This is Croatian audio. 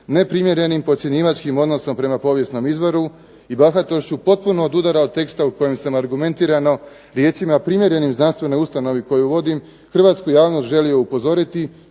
neprimjerenim podcjenjivačkim odnosom prema povijesnom izvoru i bahatošću, potpuno odudara od teksta u kojem sam argumentirano, riječima primjerenim znanstvenoj ustanovi koju vodim, hrvatsku javnost želio upozoriti,